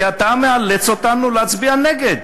כי אתה מאלץ אותנו להצביע נגד.